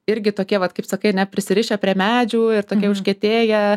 irgi tokie vat kaip sakai ane prisirišę prie medžių ir tokie užkietėję